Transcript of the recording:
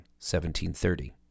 1730